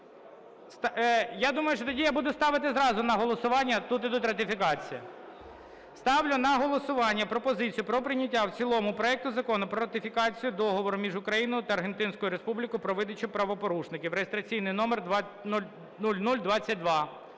Я думаю, що тоді я буду ставити зразу на голосування, тут йдуть ратифікації. Ставлю на голосування пропозицію про прийняття в цілому проекту Закону про ратифікацію Договору між Україною та Аргентинською Республікою про видачу правопорушників (реєстраційний номер 0022).